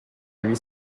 lui